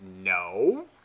no